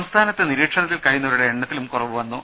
സംസ്ഥാനത്ത് നിരീക്ഷണത്തിൽ കഴിയുന്നവരുടെ എണ്ണത്തിലും കുറവുവന്നു